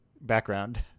background